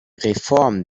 reform